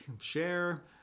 share